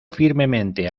firmemente